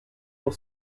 pour